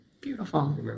Beautiful